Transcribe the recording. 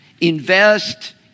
invest